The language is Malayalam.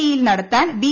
ഇയിൽ നടത്താൻ ബി